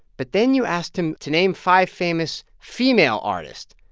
but then you asked him to name five famous female artists.